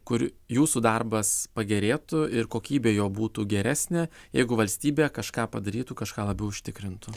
kur jūsų darbas pagerėtų ir kokybė jo būtų geresnė jeigu valstybė kažką padarytų kažką labiau užtikrintų